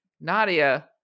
Nadia